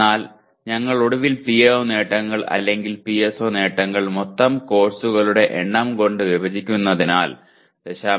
എന്നാൽ ഞങ്ങൾ ഒടുവിൽ PO നേട്ടങ്ങൾ അല്ലെങ്കിൽ PSO നേട്ടങ്ങൾ മൊത്തം കോഴ്സുകളുടെ എണ്ണം കൊണ്ട് വിഭജിക്കുന്നതിനാൽ 0